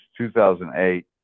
2008